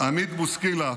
עמית בוסקילה,